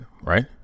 right